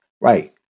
right